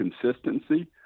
consistency